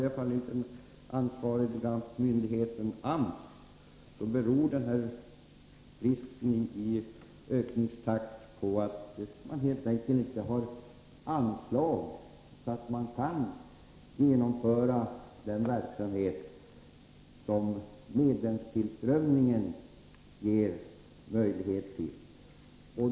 Enligt den ansvariga myndigheten AMS beror den långsamma ökningstakten på att man helt enkelt inte har anslag så att man kan genomföra den verksamhet som medlemstillströmningen ger möjlighet till.